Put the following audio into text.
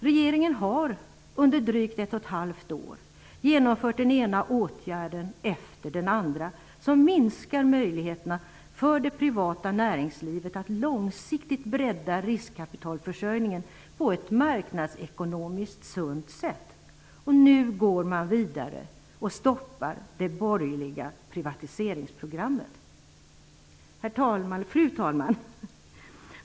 Regeringen har under drygt ett och ett halvt år genomfört den ena åtgärden efter den andra som minskar möjligheterna för det privata näringslivet att långsiktigt bredda riskkapitalförsörjningen på ett marknadsekonomiskt sunt sätt. Nu går man vidare och stoppar det borgerliga privatiseringsprogrammet. Fru talman!